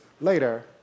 later